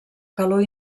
calor